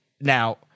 Now